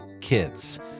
kids